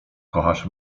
kochasz